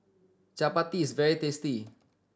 chappati is very tasty